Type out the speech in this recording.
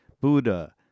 Buddha